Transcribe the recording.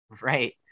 Right